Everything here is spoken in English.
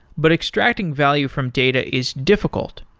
but extracting value from data is difficult,